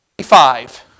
five